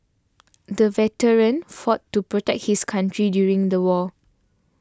the veteran fought to protect his country during the war